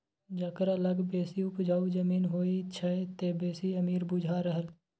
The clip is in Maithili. जकरा लग बेसी उपजाउ जमीन होइ छै से बेसी अमीर बुझा रहल